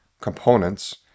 components